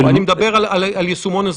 לאנשים שלא מעוניינים לעדכן את הישומון,